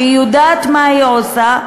שהיא יודעת מה היא עושה,